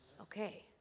okay